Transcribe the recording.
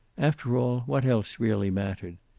after all, what else really mattered?